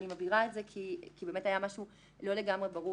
אני מבהירה את זה כי באמת היה משהו לא לגמרי ברור